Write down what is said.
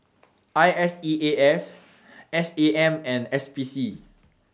I S E A S S A M and S P C